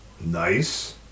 nice